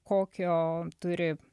kokio turi